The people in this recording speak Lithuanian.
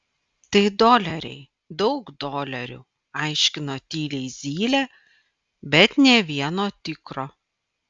tai doleriai daug dolerių aiškino tyliai zylė bet nė vieno tikro